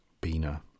Bina